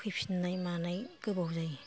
फैफिननाय मानाय गोबाव जायो